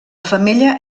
femella